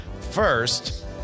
First